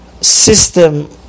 system